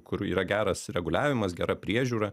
kur yra geras reguliavimas gera priežiūra